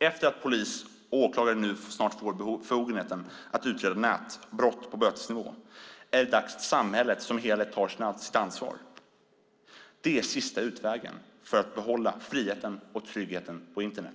När polis och åklagare snart får befogenheter att utreda nätbrott på bötesnivå är det dags att också samhället som helhet tar sitt ansvar. Det är sista utvägen för att behålla friheten och tryggheten på Internet.